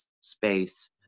space